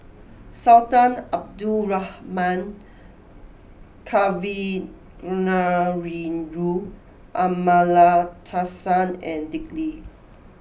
Sultan Abdul Rahman Kavignareru Amallathasan and Dick Lee